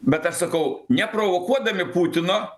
bet aš sakau neprovokuodami putino